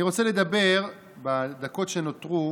אני רוצה לדבר בדקות שנותרו,